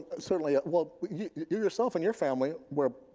certainly well, yourself and your family were,